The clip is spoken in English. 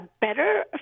better